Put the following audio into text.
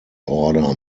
order